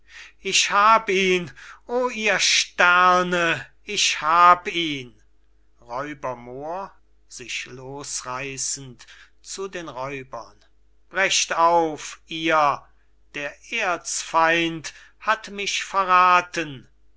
ich hab ihn o ihr sterne ich hab ihn moor sich losreissend zu den räubern brecht auf ihr der erzfeind hat mich verrathen